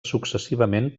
successivament